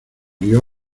guió